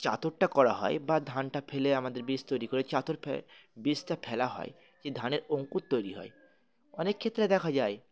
চাদরটা করা হয় বা ধানটা ফেলে আমাদের বীজ তৈরি করে চাদর ফ বীজটা ফেলা হয় সে ধানের অঙ্কুর তৈরি হয় অনেক ক্ষেত্রে দেখা যায়